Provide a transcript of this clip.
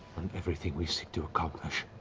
on everything we seek to accomplish.